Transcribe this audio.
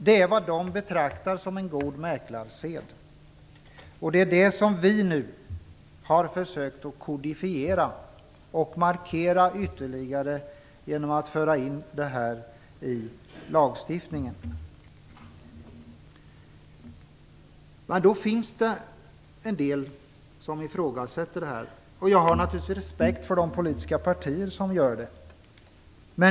Det är vad de betraktar som god mäklarsed, och det är det som vi nu har försökt att kodifiera och att ytterligare markera genom att föra in det i lagstiftningen. En del ifrågasätter emellertid detta. Jag har naturligtvis respekt för de politiska partier som gör det.